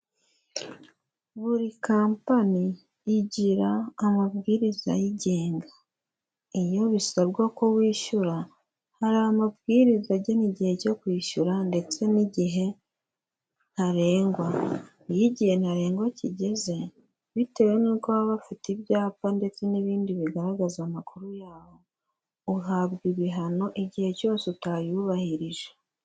Buri kampani igira amabwiriza ayigenga, iyo bisabwa ko wishyura, hari amabwiriza agena igihe cyo kwishyura ndetse n'igihe ntarengwa, iyo igihe ntarengwa kigeze, bitewe n'uko baba bafite ibyapa ndetse n'ibindi bigaragaza amakuru yaho, uhabwa ibihano igihe cyose utayubahirije.